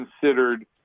considered